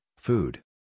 Food